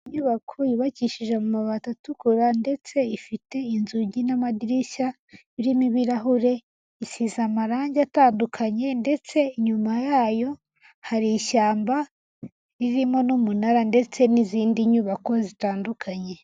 Inyubako yubakishije amabati atukura ndetse ifite inzugi n'amadirishya birimo ibirahure, isize amarangi atandukanye ndetse inyuma yayo hari ishyamba ririmo n'umunara ndetse n'izindi nyubako zitandukanye.